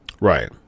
right